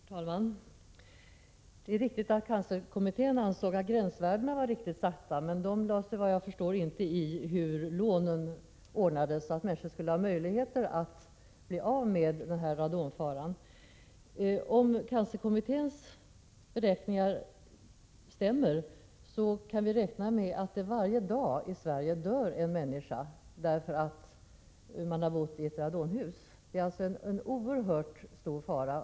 Herr talman! Det är riktigt att cancerkommittén ansåg att gränsvärdena var riktigt satta, men kommittén lade sig, såvitt jag förstår, inte i hur lånen ordnades för att människor skulle kunna bli av med radonfaran. Om cancerkommitténs beräkningar stämmer, kan vi räkna med att det varje dag dör en människa i Sverige, därför att hon har bott i ett radonhus. Det är alltså en oerhört stor fara.